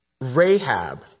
Rahab